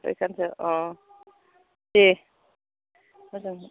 बेखौन्थ' अह दे मोजां